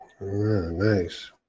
Nice